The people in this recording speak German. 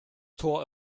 tor